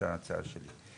הצעה שלי.